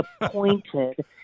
appointed